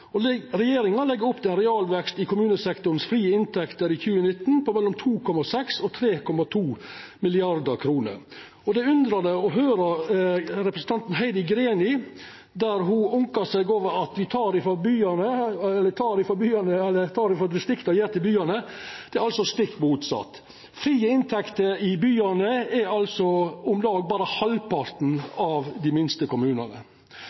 Regjeringa legg opp til ein realvekst i kommunesektorens frie inntekter i 2019 på mellom 2,6 mrd. kr og 3,2 mrd. kr. Det er underleg å høyra representanten Heidi Greni, der ho ynkar seg over at me tar frå distrikta og gjev til byane. Det er altså stikk motsett. Frie inntekter i byane er berre om lag halvparten av dei minste kommunane.